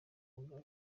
mugabe